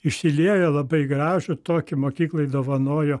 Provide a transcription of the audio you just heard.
išsilieja labai gražų tokį mokyklai dovanojo